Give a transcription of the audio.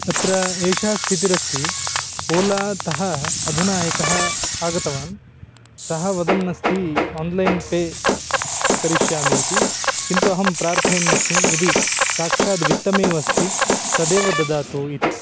अत्र एषा स्थितिरस्ति ओलातः अधुना एकः आगतवान् सः वदन् अस्ति आन्लैन् पे करिष्यामि इति किन्तु अहं प्रार्थयन् अस्मि यदि साक्षात् वित्तमेव अस्ति तदेव ददातु इति